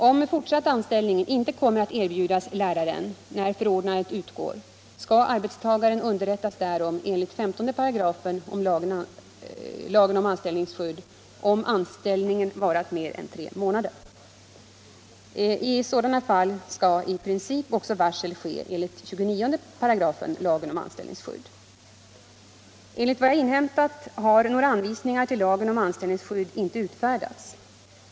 Om fortsatt anställning inte kommer att erbjudas läraren när förordnandet utgår skall arbetstagaren underrättas härom enligt 15§ lagen om anställningsskydd om anställningen varat mer än tre månader. I sådana fall skall i princip också varsel ske enligt 29 § lagen om anställningsskydd. Enligt vad jag inhämtat har några anvisningar till lagen om anställningsskydd inte utfärdats.